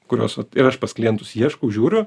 kurios vat ir aš pas klientus ieškau žiūriu